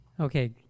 okay